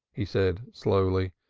he said slowly.